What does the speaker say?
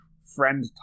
friend